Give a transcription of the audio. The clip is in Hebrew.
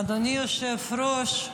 אדוני היושב-ראש,